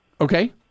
Okay